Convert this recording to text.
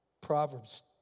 Proverbs